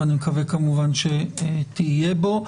ואני מקווה כמובן שתהיה בו.